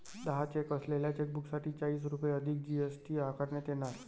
दहा चेक असलेल्या चेकबुकसाठी चाळीस रुपये अधिक जी.एस.टी आकारण्यात येणार